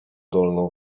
dolną